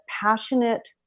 passionate